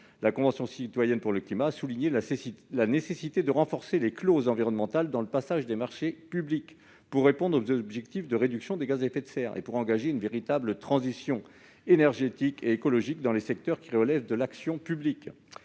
La Convention citoyenne pour le climat a souligné la nécessité de renforcer les clauses environnementales dans le passage de marchés publics, pour répondre aux objectifs de réduction des gaz à effet de serre et pour engager une véritable transition énergétique et écologique dans les secteurs qui relèvent de l'action publique.